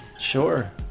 Sure